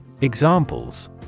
Examples